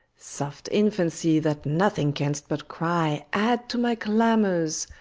soft infancy, that nothing canst but cry, add to my clamours.